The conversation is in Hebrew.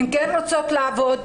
הן כן רוצות לעבוד,